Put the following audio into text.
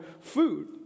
food